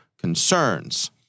Concerns